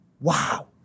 wow